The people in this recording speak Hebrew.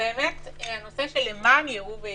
באמת הנושא של למען יראו וייראו.